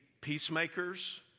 peacemakers